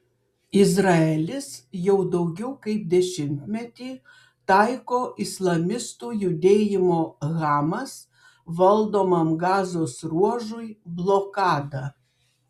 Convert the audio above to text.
izraelis jau daugiau kaip dešimtmetį taiko islamistų judėjimo hamas valdomam gazos ruožui blokadą